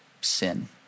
sin